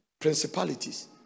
principalities